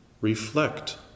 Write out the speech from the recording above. reflect